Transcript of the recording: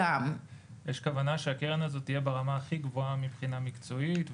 יש כוונה שהקרן הזאת תהיה ברמה הכי גבוהה מבחינה מקצועית,